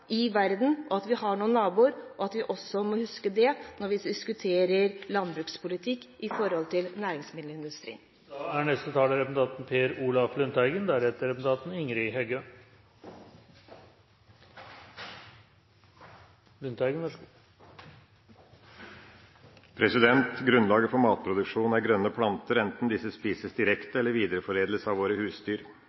i verden, og at vi har naboer. Dette må vi også huske når vi diskuterer landbrukspolitikk i forhold til næringsmiddelindustrien. Grunnlaget for matproduksjon er grønne planter, enten disse spises direkte eller videreforedles av våre husdyr.